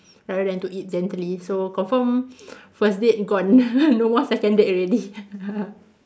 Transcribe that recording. rather than to eat gently so confirm first date gone no more second date already